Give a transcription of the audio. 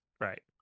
right